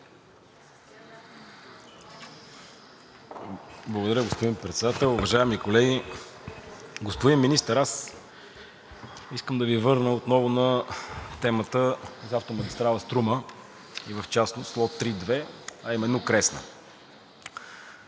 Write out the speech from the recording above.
Благодаря, господин Председател. Уважаеми колеги, господин Министър! Аз искам да Ви върна отново на темата за автомагистрала „Струма“ и в частност лот 3.2, а именно Кресна.